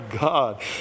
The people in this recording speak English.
God